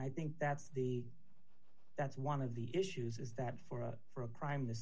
i think that's the that's one of the issues is that for a for a crime the